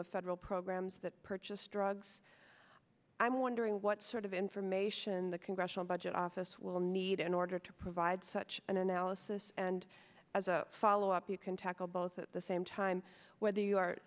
of federal programs that purchase drugs i'm wondering what sort of information the congressional budget office will need in order to provide such an analysis and as a follow up you can tackle both at the same time whether you are